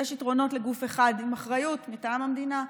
יש יתרונות לגוף אחד עם אחריות מטעם המדינה,